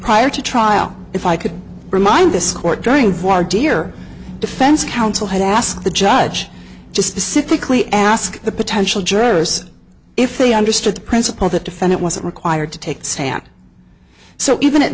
prior to trial if i could remind this court during voir dear defense counsel had asked the judge just specific lee ask the potential jurors if they understood the principle that defend it wasn't required to take the stand so even at